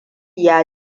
ya